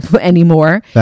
anymore